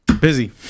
Busy